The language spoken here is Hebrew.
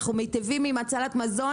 אנחנו מטיבים עם הצלת מזון,